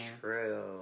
true